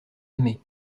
aimé